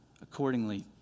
accordingly